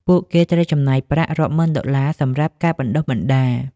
ពួកគេត្រូវចំណាយប្រាក់រាប់ម៉ឺនដុល្លារសម្រាប់ការបណ្ដុះបណ្ដាល។